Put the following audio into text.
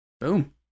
Boom